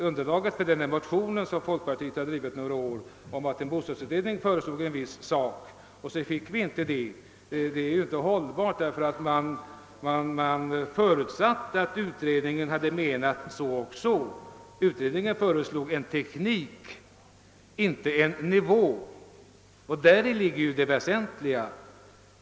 Underlaget för den motion, som folkpartiet har återkommit med några år, om att en bostadsutredning föreslog en viss sak men att vi inte fick förslaget genomfört är ju ohållbart. Man förutsätter att utredningen hade menat så och så. Emellertid föreslog utredningen en teknik, inte en nivå, och däri ligger ju det väsentliga.